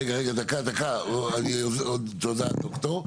רגע תודה ד"ר.